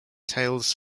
tails